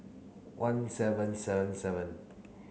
one seven seven seven